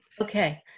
Okay